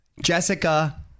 Jessica